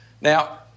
Now